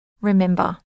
remember